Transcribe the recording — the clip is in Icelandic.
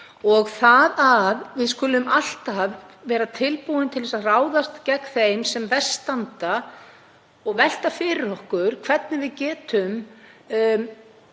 er. Það að við skulum alltaf vera tilbúin til að ráðast gegn þeim sem verst standa og velta fyrir okkur hvernig við getum